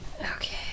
Okay